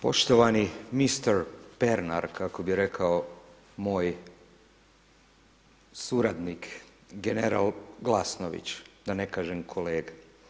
Poštovani mister Pernar, kako bi rekao moj suradnik general Glasnović, da ne kažem kolega.